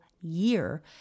year